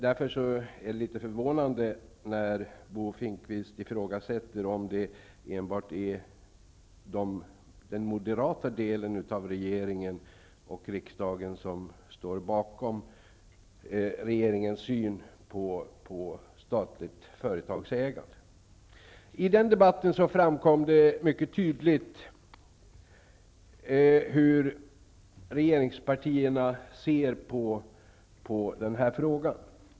Därför är det förvånande när Bo Finnkvist ifrågasätter om det är enbart den moderata delen av regeringen och riksdagen som står bakom regeringens syn på statligt företagsägande. I debatten framkom det tydligt hur regeringspartierna ser på frågan.